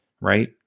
right